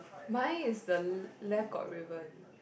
mine is the left got ribbon